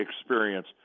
experience